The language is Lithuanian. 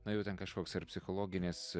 nu jau ten kažkoks ar psichologinis